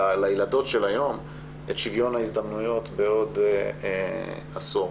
לילדות של היום את שוויון ההזדמנויות בעוד עשור.